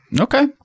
Okay